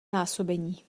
násobení